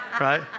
right